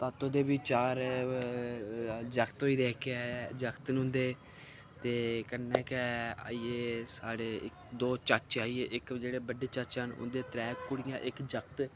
ते तातो बी चार जागत होई दे जेह्के जागत न उं'दे ते ओह्दे कन्नै गै आई गे साढ़े दौं चाचे आई गे इक्क जेह्ड़े न उं'दे त्रैऽ कुड़ियां ते इक्क जागत